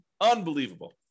Unbelievable